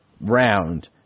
round